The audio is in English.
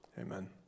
amen